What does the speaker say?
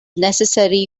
necessary